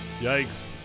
yikes